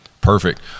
Perfect